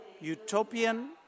utopian